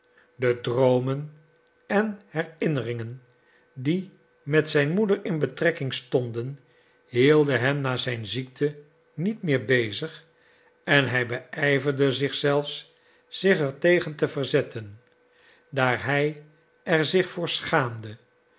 de droomen en herinneringen die met zijn moeder in betrekking stonden hielden hem na zijn ziekte niet meer bezig en hij beijverde zich zelfs zich er tegen te verzetten daar hij er zich voor schaamde